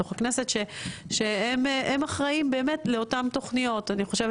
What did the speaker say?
בתוך הכנסת שהם אחראיים באמת לאותן תוכניות אני חושבת.